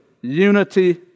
unity